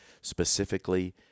Specifically